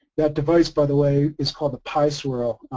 that device by the way is called a pie swirl,